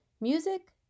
Music